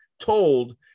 told